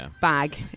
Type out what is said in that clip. bag